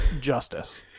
justice